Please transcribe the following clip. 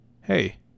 Hey